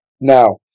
Now